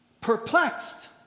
Perplexed